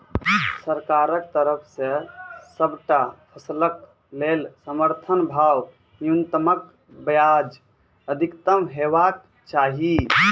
सरकारक तरफ सॅ सबटा फसलक लेल समर्थन भाव न्यूनतमक बजाय अधिकतम हेवाक चाही?